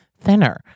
thinner